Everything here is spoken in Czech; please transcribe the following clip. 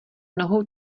nohou